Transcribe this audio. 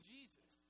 Jesus